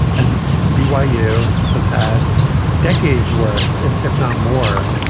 and byu has had decades worth, if if not more,